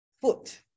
foot